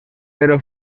però